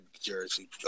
Jersey